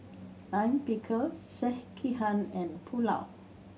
Lime Pickle Sekihan and Pulao